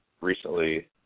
recently